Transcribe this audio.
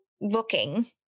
looking